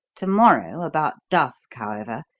to-morrow about dusk, however,